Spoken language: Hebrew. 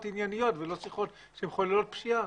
ענייניות ולא שיחות שמחוללות פשיעה.